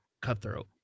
cutthroat